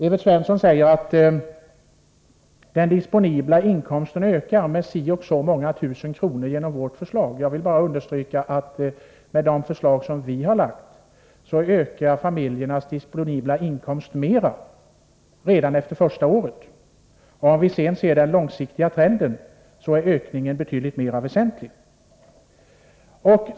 Evert Svensson säger att den disponibla inkomsten ökar med si och så många tusen kronor genom förslaget. Jag vill bara understryka att med vårt förslag ökar familjernas disponibla inkomst mera redan efter det första året. Om man ser på den långsiktiga trenden är ökningen betydligt mer väsentlig.